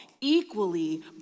equally